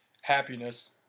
happiness